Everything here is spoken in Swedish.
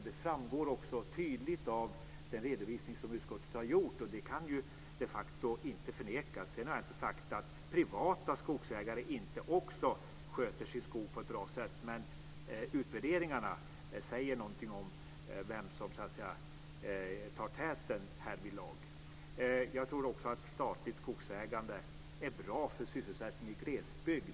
Detta framgår också tydligt av den redovisning som utskottet har gjort, och det kan de facto inte förnekas. Sedan har jag inte sagt att privata skogsägare inte sköter sin skog på ett bra sätt. Men utvärderingarna anger vem som tar täten härvidlag. Jag tror också att statligt skogsägande är bra för sysselsättningen i glesbygd.